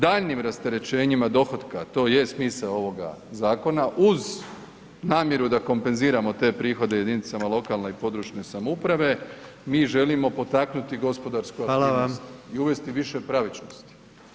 Daljnjim rasterećenjima dohotka, to je smisao ovoga zakona, uz namjeru da kompenziramo te prihode jedinicama lokalne i područne samouprave mi želimo potaknuti gospodarsku aktivnosti [[Upadica: Hvala.]] i uvesti više pravičnosti.